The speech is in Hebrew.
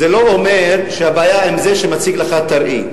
זה לא אומר שהבעיה עם זה שמציג לך את הראי.